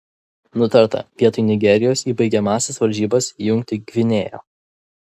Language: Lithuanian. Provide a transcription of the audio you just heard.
nutarta vietoj nigerijos į baigiamąsias varžybas įjungti gvinėją